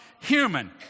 human